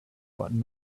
but